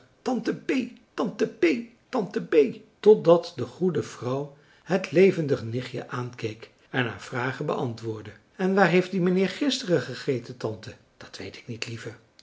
tante bee tante bee totdat de goede vrouw het levendig nichtje aankeek en haar vragen beantwoordde en waar heeft die meneer gisteren gegeten tante marcellus emants een drietal novellen dat weet ik niet lieve